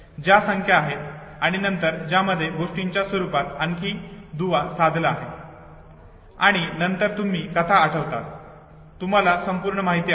त्या संख्या आहेत आणि नंतर त्यामध्ये गोष्टीच्या स्वरूपात आणखी दुवा साधला आहे आणि नंतर तुम्ही कथा आठवतात आणि तुम्हाला संपूर्ण माहिती आठवते